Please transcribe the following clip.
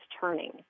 turning